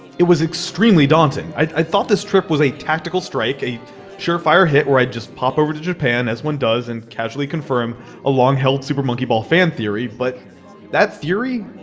it was extremely daunting. i thought this trip was a tactical strike, a surefire hit where i just pop over to japan, as one does, and casually confirm a long-held super monkey ball fan theory. but that theory.